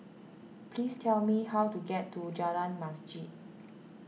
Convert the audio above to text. please tell me how to get to Jalan Masjid